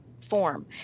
form